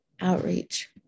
Outreach